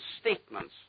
statements